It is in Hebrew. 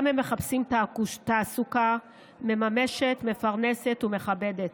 גם הם מחפשים תעסוקה מממשת, מפרנסת ומכבדת.